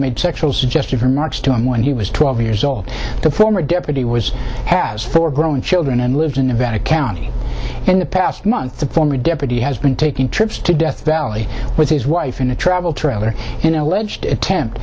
made sexual suggestion from march to him when he was twelve years old the former deputy was has four grown children and lived in nevada county in the past month the former deputy has been taking trips to death valley with his wife in a travel trailer in an alleged attempt